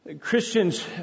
Christians